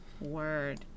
Word